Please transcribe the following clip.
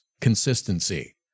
consistency